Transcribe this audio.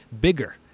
bigger